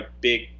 big